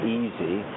easy